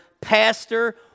pastor